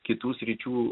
kitų sričių